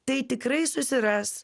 tai tikrai susiras